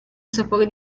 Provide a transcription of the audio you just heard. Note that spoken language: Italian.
sapore